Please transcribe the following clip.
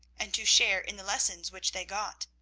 and to share in the lessons which they got.